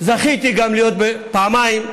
זכיתי גם להיות פעמיים באופוזיציה,